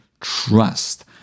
trust